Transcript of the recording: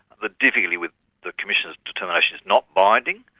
the difficulty with the commissioner's determination, it's not binding,